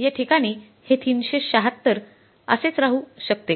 या ठिकाणी हे ३७६ असेच राहू शकते